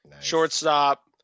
Shortstop